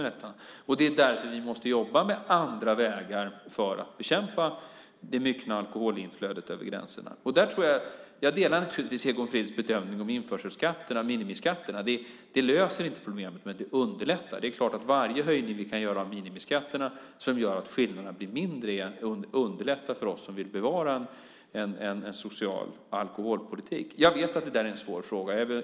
Det är därför vi måste jobba med andra vägar för att bekämpa det myckna alkoholinflödet över gränserna. Jag delar naturligtvis Egon Frids bedömning om införselskatter och minimiskatter. De löser inte problemet, men det är klart att de underlättar. Varje höjning vi kan göra av minimiskatterna som gör att skillnaderna blir mindre underlättar för oss som vill bevara en social alkoholpolitik. Jag vet att detta är en svår fråga.